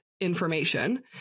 information